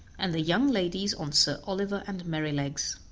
and the young ladies on sir oliver and merrylegs.